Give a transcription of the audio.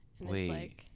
wait